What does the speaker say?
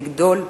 לגדול,